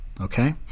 okay